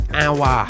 hour